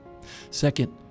Second